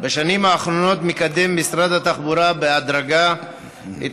בשנים האחרונות מקדם משרד התחבורה בהדרגה את